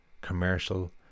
commercial